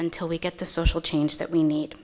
until we get the social change that we need